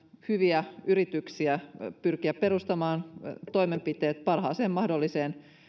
hyviä yrityksiä pyrkiä perustamaan toimenpiteet parhaaseen mahdolliseen